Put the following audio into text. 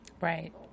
right